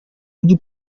ujye